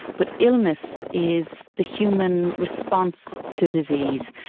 but illness is the human response to disease.